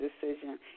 Decision